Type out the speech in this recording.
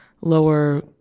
lower